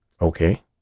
Okay